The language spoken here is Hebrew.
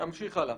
תמשיך הלאה.